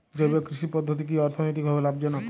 জৈব কৃষি পদ্ধতি কি অর্থনৈতিকভাবে লাভজনক?